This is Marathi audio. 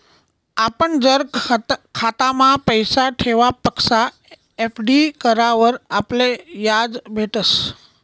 आपण जर खातामा पैसा ठेवापक्सा एफ.डी करावर आपले याज भेटस